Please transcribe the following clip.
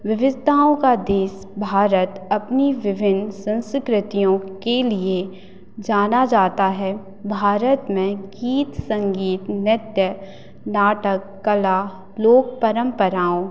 विविधताओं का देश भारत अपनी विभिन्न संस्कृतियों के लिए जाना जाता है भारत में गीत संगीत नृत्य नाटक कला लोक परंपराओं